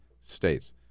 states